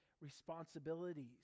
responsibilities